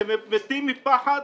אתם מתים מפחד